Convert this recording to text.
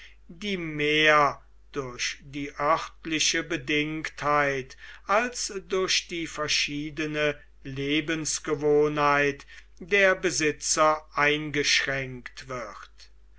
die mehr durch die örtliche bedingtheit als durch die verschiedene lebensgewohnheit der besitzer eingeschränkt wird